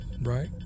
right